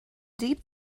deep